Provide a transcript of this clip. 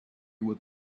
with